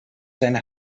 seine